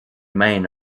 men